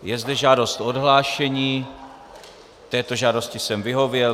Je zde žádost o odhlášení, této žádosti jsem vyhověl.